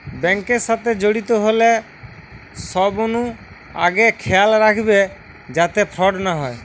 bank এর সাথে জড়িত হলে সবনু আগে খেয়াল রাখবে যাতে ফ্রড না হয়